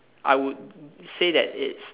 I would say that it's